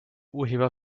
urheber